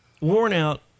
worn-out